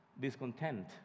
discontent